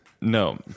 No